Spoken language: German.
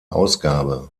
ausgabe